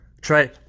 Try